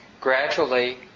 gradually